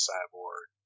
Cyborg